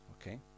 Okay